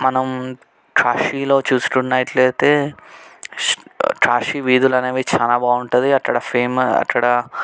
మనం కాశీలో చూసుకున్నట్లయితే స్ కాశీ వీధులనేవి చాలా బాగుంటుంది అక్కడ ఫేమ అక్కడ